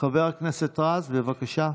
חבר הכנסת רז, בבקשה.